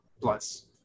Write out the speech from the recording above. plus